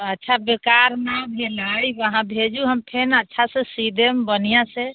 अच्छा बेकार नहि भेलै अहाँ भेजू हम फेर अच्छासँ सी देब बढ़िआँसँ